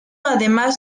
además